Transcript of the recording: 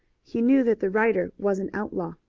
he knew that the writer was an outlaw,